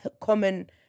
common